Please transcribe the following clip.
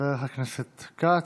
חבר הכנסת כץ.